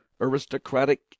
aristocratic